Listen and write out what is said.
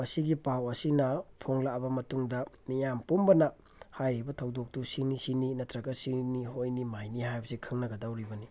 ꯃꯁꯤꯒꯤ ꯄꯥꯎ ꯑꯁꯤꯅ ꯐꯣꯡꯂꯛꯑꯕ ꯃꯇꯨꯡꯗ ꯃꯤꯌꯥꯝ ꯄꯨꯝꯕꯅ ꯍꯥꯏꯔꯤꯕ ꯊꯧꯗꯣꯛꯇꯨ ꯁꯤꯅꯤ ꯁꯤꯅꯤ ꯅꯠꯇ꯭ꯔꯒ ꯁꯤꯅꯤ ꯍꯣꯏꯅꯤ ꯃꯥꯏꯅꯤ ꯍꯥꯏꯕꯁꯤ ꯈꯪꯅꯒꯗꯧꯔꯤꯕꯅꯤ